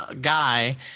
guy